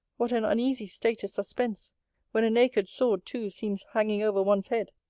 what an uneasy state is suspense when a naked sword, too, seems hanging over one's head!